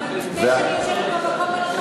אבל מפני שאני יושבת במקום הלא-נכון יצביעו נגד.